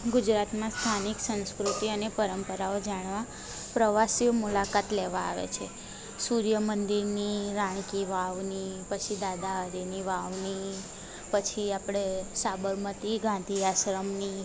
ગુજરાતમાં સ્થાનિક સંસ્કૃતિ અને પરંપરાઓ જાણવા પ્રવાસીઓ મુલાકાત લેવા આવે છે સુર્ય મંદિરની રાણ કી વાવની પછી દાદા હરિની વાવની પછી આપણે સાબરમતી ગાંધી આશ્રમની